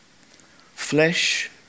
Flesh